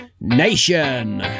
Nation